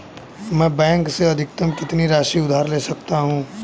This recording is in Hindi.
मैं बैंक से अधिकतम कितनी राशि उधार ले सकता हूँ?